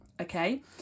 okay